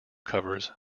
covers